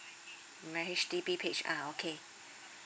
my H_D_B page ah okay